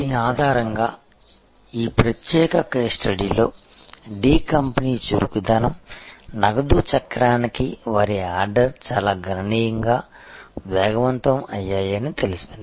దీని ఆధారంగా ఈ ప్రత్యేక కేస్ స్టడీలో D కంపెనీ చురుకుదనం నగదు చక్రానికి వారి ఆర్డర్ చాలా గణనీయంగా వేగవంతం అయ్యాయని తేలింది